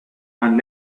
and